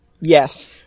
Yes